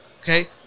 okay